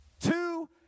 Two